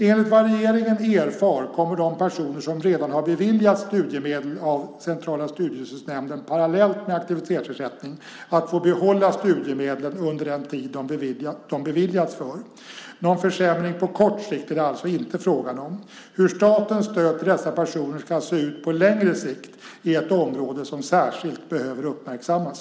Enligt vad regeringen erfar kommer de personer som redan har beviljats studiemedel av Centrala studiestödsnämnden parallellt med aktivitetsersättning att få behålla studiemedlen under den tid de beviljats för. Någon försämring på kort sikt är det alltså inte frågan om. Hur statens stöd till dessa personer ska se ut på längre sikt är ett område som särskilt behöver uppmärksammas.